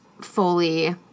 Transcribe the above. fully